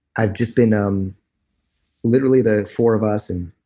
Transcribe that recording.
i've just been um literally the four of us and